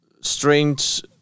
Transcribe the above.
strange